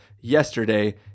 Yesterday